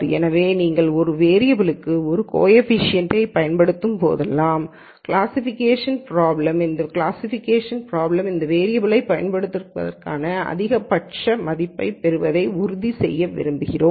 எனவே நீங்கள் ஒரு வேரியபல் க்கு ஒரு கோஎஃபீஷியேன்ட்டைப் பயன்படுத்தும் போதெல்லாம் கிளாசிஃபிகேஷன் பிராப்ளமிக்கு கிளாசிஃபிகேஷன் பிராப்ளமில் அந்த வேரியபல் யைப் பயன்படுத்துவதற்கான அதிகபட்ச மதிப்பைப் பெறுவதை உறுதிசெய்ய விரும்புகிறோம்